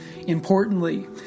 Importantly